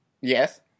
Yes